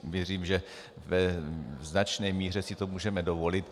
Věřím, že ve značné míře si to můžeme dovolit.